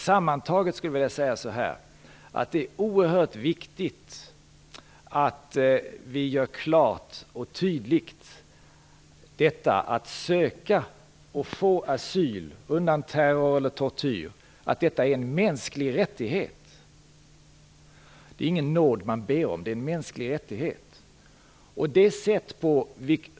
Sammantaget är det oerhört viktigt att vi gör klart och tydligt att detta att söka och få asyl undan terror eller tortyr är en mänsklig rättighet. Det är ingen nåd som man ber om.